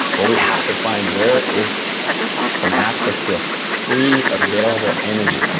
well, we have to find, where is some access to a free, available energy?